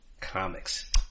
comics